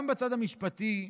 גם בצד המשפטי,